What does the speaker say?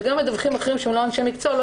וגם מדווחים אחרים שהם לא אנשי מקצוע לא